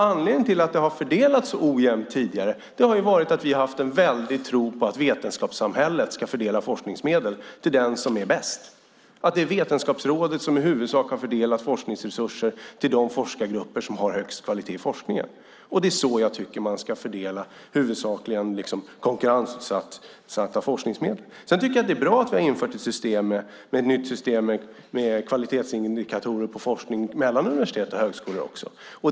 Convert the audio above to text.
Anledningen till att det har fördelats så ojämnt tidigare har ju varit att vi har haft en väldig tro på att vetenskapssamhället ska fördela forskningsmedel till den som är bäst. Det är Vetenskapsrådet som i huvudsak har fördelat forskningsresurser till de forskargrupper som har högst kvalitet i forskningen. Det är så jag tycker att man huvudsakligen ska fördela konkurrensutsatta forskningsmedel. Sedan tycker jag att det är bra att vi har infört ett nytt system med kvalitetsindikatorer på forskning mellan universitet och högskolor också.